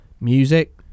Music